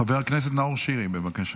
חבר הכנסת נאור שירי, בבקשה,